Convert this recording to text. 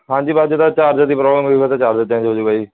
ਹਾਂਜੀ ਬਸ ਜੇ ਤਾ ਚਾਰਜਰ ਦੀ ਪ੍ਰੋਬਲਮ ਹੋਈ ਮੈਂ ਤਾਂ ਫਿਰ ਚਾਰਜਰ ਚੇਂਜ ਹੋ ਜੁਗਾ ਜੀ